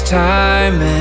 time